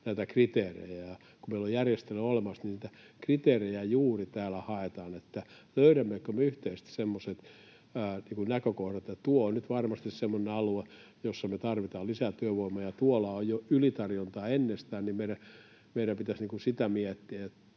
näitä kriteerejä. Ja kun meillä on järjestelmä olemassa, niin niitä kriteerejä juuri täällä haetaan, että löydämmekö me yhteisesti semmoiset näkökohdat, että tuo on nyt varmasti semmoinen alue, jossa me tarvitaan lisää työvoimaa, ja tuolla on jo ylitarjontaa ennestään. Meidän pitäisi sitä miettiä,